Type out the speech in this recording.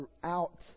throughout